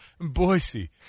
Boise